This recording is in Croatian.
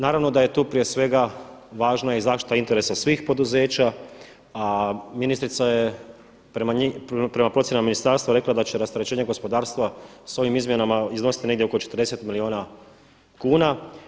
Naravno da je tu prije svega važno i zaštita interesa svih poduzeća a ministrica je prema procjenama ministarstva rekla da će rasterećenje gospodarstva s ovim izmjenama iznositi negdje oko 40 milijuna kuna.